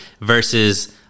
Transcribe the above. Versus